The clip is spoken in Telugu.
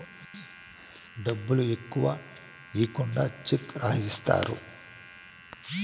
డబ్బులు ఎక్కువ ఈకుండా చెక్ రాసిత్తారు